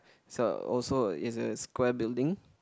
so also is a square building